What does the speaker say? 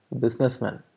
businessman